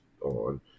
on